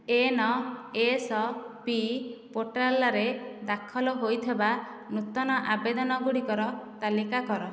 N S P ପୋର୍ଟାଲରେ ଦାଖଲ ହୋଇଥିବା ନୂତନ ଆବେଦନଗୁଡ଼ିକର ତାଲିକା କର